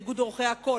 איגוד עורכי הקול,